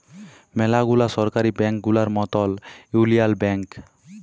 ম্যালা গুলা সরকারি ব্যাংক গুলার মতল ইউলিয়াল ব্যাংক